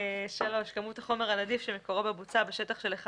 כמות החומר הנדיף שמקורו בבוצה בשטח של 1